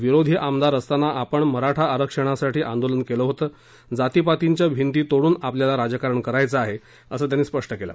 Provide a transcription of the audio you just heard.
विरोधी आमदार असताना आपण मराठा आरक्षणासाठी आंदोलन केलं होतं जातीपातीच्या भिंती तोडून आपल्याला राजकारण करायचं आहे असं त्यांनी स्पष्ट केलं